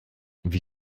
wie